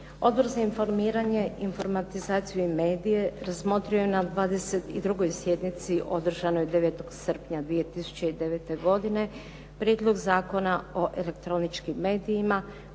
Odbor za informiranje, informatizaciju i medije razmotrio je na 22. sjednici održanoj 9. srpnja 2009. godine Prijedlog zakona o elektroničkim medijima